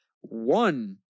One